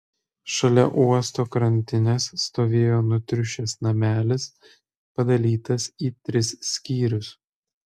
šalia uosto krantinės stovėjo nutriušęs namelis padalytas į tris skyrius